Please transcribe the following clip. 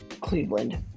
Cleveland